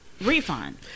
refund